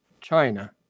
China